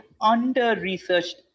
under-researched